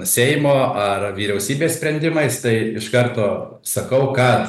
seimo ar vyriausybės sprendimais tai iš karto sakau kad